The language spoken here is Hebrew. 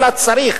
אלא צריך,